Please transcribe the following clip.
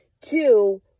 Two